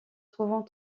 trouvant